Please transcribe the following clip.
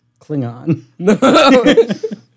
Klingon